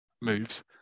moves